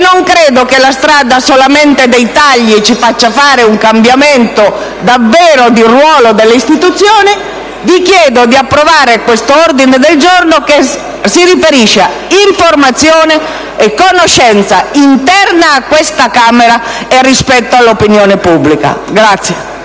non credo che solamente la strada dei tagli ci faccia fare un cambiamento davvero di ruolo delle istituzioni, vi chiedo di approvare questo ordine del giorno, che si riferisce a informazione e conoscenza interna a questa Camera e rispetto all'opinione pubblica.